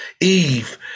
Eve